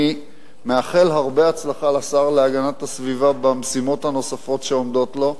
אני מאחל הרבה הצלחה לשר להגנת הסביבה במשימות הנוספות שעומדות לפניו.